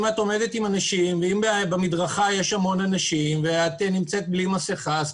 אם את עומדת עם אנשים או שבמדרכה יש המון אנשים ואת נמצאת בלי מסכה,